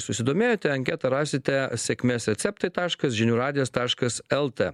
susidomėjote anketą rasite sėkmės receptai taškas žinių radijo taškas lt